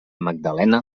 magdalena